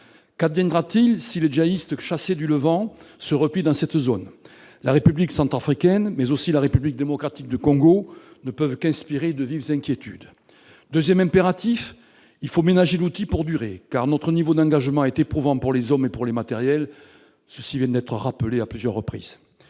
Qu'adviendra-t-il si les djihadistes chassés du Levant se replient dans cette zone ? La République centrafricaine mais aussi la République démocratique du Congo ne peuvent qu'inspirer de vives inquiétudes ... Ensuite, deuxième impératif, il faut ménager l'outil pour durer, car notre niveau d'engagement est éprouvant pour les hommes et pour le matériel. Cet aspect a été maintes fois souligné.